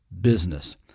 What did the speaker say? business